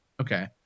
Okay